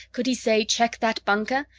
could he say, check that bunker?